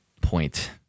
point